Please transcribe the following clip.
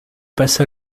passa